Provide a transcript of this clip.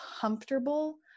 comfortable